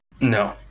No